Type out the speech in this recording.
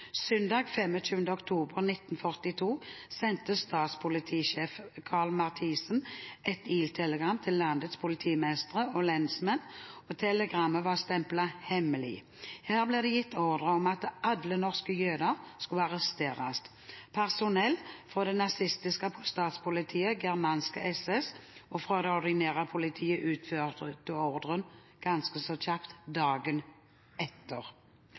Søndag 25. oktober 1942 sendte statspolitisjef Karl A. Marthinsen et iltelegram til landets politimestre og lensmenn, og telegrammet var stemplet «hemmelig». Her ble det gitt ordre om at alle norske jøder skulle arresteres. Personell fra det nazistiske statspolitiet Germanske SS og fra det ordinære politiet utførte ordren ganske så kjapt dagen etter.